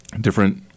different